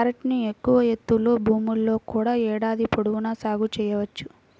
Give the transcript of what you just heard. క్యారెట్ను ఎక్కువ ఎత్తులో భూముల్లో కూడా ఏడాది పొడవునా సాగు చేయవచ్చు